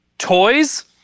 toys